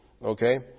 Okay